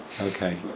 okay